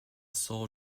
sole